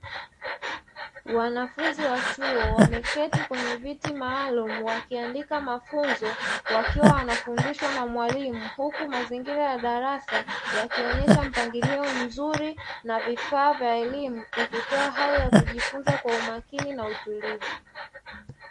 Wanafunzi wa chuo wameketi kwenye viti maalum wakiandika mafunzo wakiwa wanafundishwa na mwalimu, huku mazingira ya darasa yakionyesha mpangilio mzuri na vifaa vya elimu ikitoa hali ya kujifunza kwa umakini na utulivu.